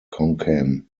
konkan